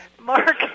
Mark